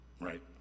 right